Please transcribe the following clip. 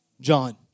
John